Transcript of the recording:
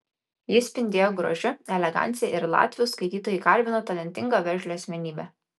ji spindėjo grožiu elegancija ir latvių skaitytojai garbino talentingą veržlią asmenybę